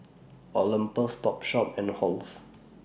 Olympus Topshop and Halls